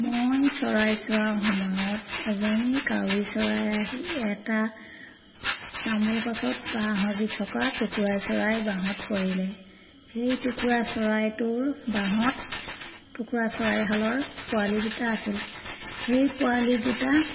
মই চৰাই চোৱা সময়ত এজনী কাউৰী চৰাই আহি এটা তামোল গছত বাঁহ সাজি থকা টুকুৰা চৰাই বাঁহত পৰিলে সেই টুকুৰা চৰাইটোৰ বাঁহত টুকুৰা চৰাইহালৰ পোৱালি দুটা আছিল সেই পোৱালি দুটা